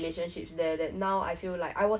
so was it worth it